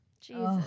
Jesus